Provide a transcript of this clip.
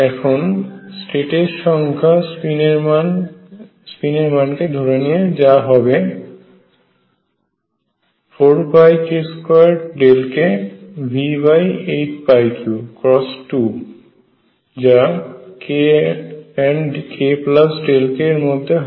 এখন স্টেটের সংখ্যা স্পিনের মান কে ধরে নিয়ে যা হবে 4πk2ΔkV83×2 যা k k∆k এর মধ্যে হয়